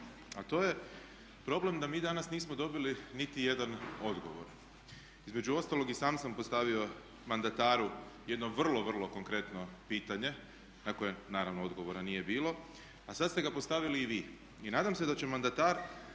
a to je problem da mi danas nismo dobili nitijedan odgovor. Između ostalog i sam sam postavio mandataru jedno vrlo, vrlo konkretno pitanje na koje naravno odgovora nije bilo, a sad ste ga postavili i vi. I nadam se da će mandatar